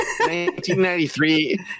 1993